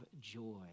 joy